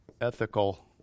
ethical